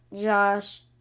Josh